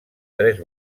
tres